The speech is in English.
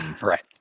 right